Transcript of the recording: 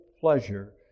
pleasure